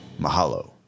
Mahalo